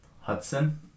Hudson